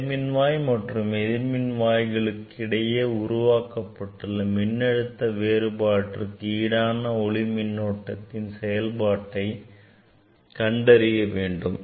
நேர் மின்வாய் மற்றும் எதிர்மின்வாய்களுக்கு இடையே உருவாக்கப்பட்டுள்ள மின்னழுத்த வேறுபாட்டிற்கு ஈடான ஒளி மின்னோட்டத்தின் செயல்பாட்டை கண்டறிய வேண்டும்